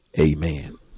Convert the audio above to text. Amen